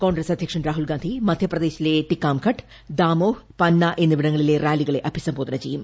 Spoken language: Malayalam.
കോൺഗ്രസ് അധ്യക്ഷൻ രാഹൂൽ ഗാന്ധി മധ്യപ്രദേശിലെ ടിക്കാംഘട്ട് ദമോഹ്പന്ന എന്നിവിടങ്ങളിലെ റാലികളെ അഭിസംബോധന ചെയ്യും